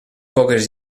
poques